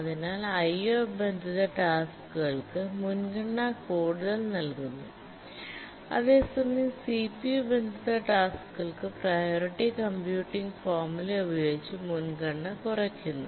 അതിനാൽ IO ബന്ധിത ടാസ്ക്കുകൾക്ക് മുൻഗണന കൂടുതൽ നൽകുന്നു അതേസമയം സിപിയു ബന്ധിത ടാസ്ക്കുകൾക്ക് പ്രിയോറിറ്റി കംപ്യൂട്ടിങ്ങ് ഫോർമുല ഉപയോഗിച്ച് മുൻഗണന കുറയ്ക്കുന്നു